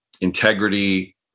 integrity